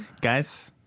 Guys